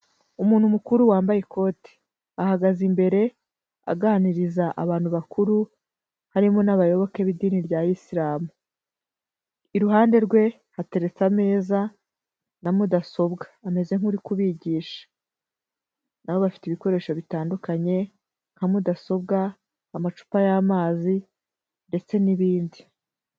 Umuntu mukuru wambaye ikote, ahagaze imbere aganiriza abantu bakuru harimo n'abayoboke b'idini rya Islam, iruhande rwe hateretse ameza na mudasobwa ameze nk'uri kubigisha, na bo bafite ibikoresho bitandukanye nka mudasobwa, amacupa y'amazi ndetse n'ibindi.